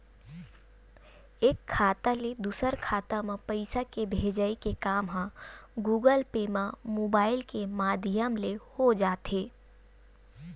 एक खाता ले दूसर खाता म पइसा के भेजई के काम ह गुगल पे म मुबाइल के माधियम ले हो जाथे